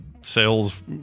sales